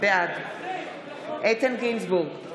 בעד איתן גינזבורג,